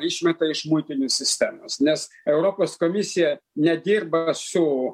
išmeta iš muitinių sistemos nes europos komisija nedirba su